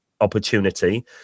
opportunity